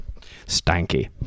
Stanky